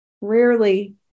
rarely